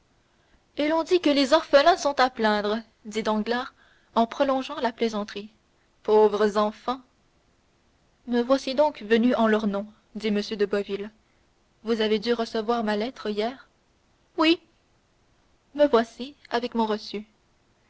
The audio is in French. et l'on dit que les orphelins sont à plaindre dit danglars en prolongeant la plaisanterie pauvres enfants me voici donc venu en leur nom dit m de boville vous avez dû recevoir ma lettre hier oui me voici avec mon reçu